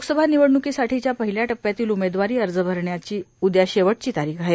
लोकसभा निवडण्कीसाठीच्या पहील्या टप्प्यातील उमेदवारी अर्ज भरण्याची उद्या शेवटची तारीख आहे